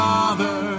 Father